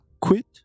Quit